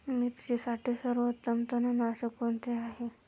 मिरचीसाठी सर्वोत्तम तणनाशक कोणते आहे?